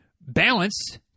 balance